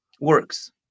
works